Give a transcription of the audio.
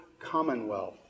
commonwealth